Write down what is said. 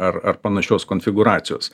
ar ar panašios konfigūracijos